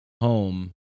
home